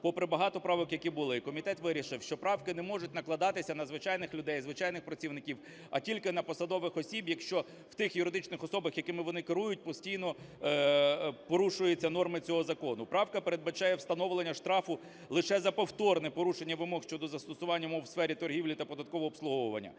попри багато правок, які були, комітет вирішив, що правки не можуть накладатися на звичайних людей, звичайних працівників, а тільки на посадових осіб, якщо в тих юридичних особах, якими вони керують, постійно порушуються норми цього закону. Правка передбачає встановлення штрафу лише за повторне порушення вимог щодо застосування мови у сфері торгівлі та податкового обслуговування.